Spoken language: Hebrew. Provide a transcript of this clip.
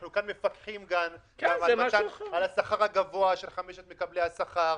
אנחנו גם מפקחים כאן על השכר הגבוה של חמשת מקבלי השכר,